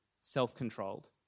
self-controlled